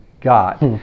got